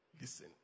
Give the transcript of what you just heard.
Listen